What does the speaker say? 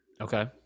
Okay